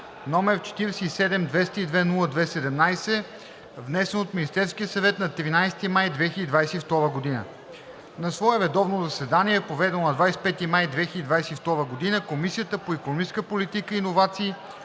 № 47-202-02-7, внесен от Министерския съвет на 15 март 2022 г. На свое редовно заседание, проведено на 23 март 2022 г., Комисията по икономическа политика и иновации